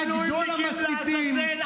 ממש בשקט.